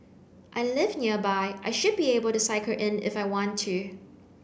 I live nearby I should be able to cycle in if I want to